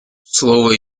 слово